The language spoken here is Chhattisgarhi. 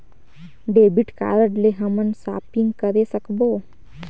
डेबिट कारड ले हमन शॉपिंग करे सकबो?